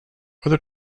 other